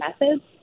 methods